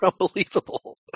unbelievable